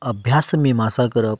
अभ्यास मिमांसा करप